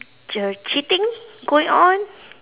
ch~ cheating going on